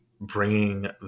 bringing